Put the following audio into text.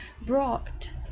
brought